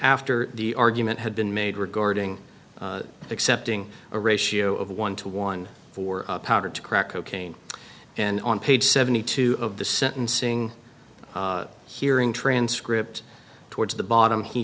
after the argument had been made regarding accepting a ratio of one to one for power to crack cocaine and on page seventy two of the sentencing hearing transcript towards the bottom he